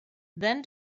then